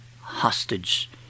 hostage